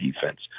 defense